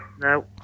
No